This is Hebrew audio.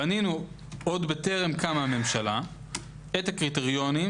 בנינו עוד בטרם קמה הממשלה את הקריטריונים